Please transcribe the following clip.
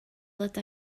ddod